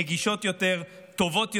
נגישות יותר, טובות יותר,